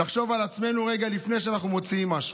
לחשוב לעצמנו רגע לפני שאנחנו מוציאים משהו.